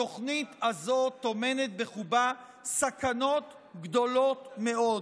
התוכנית הזו טומנת בחובה סכנות גדולות מאוד,